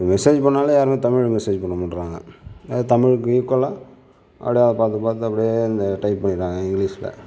message பண்ணாலே யாருமே தமிழில் மெசேஜ் பண்ண மாட்றாங்க அது தமிழுக்கு ஈக்குவலாக அப்படியே அதை பார்த்து பார்த்து அப்படியே அந்த டைப் பண்ணிடுறாங்க இங்கிலீஷில்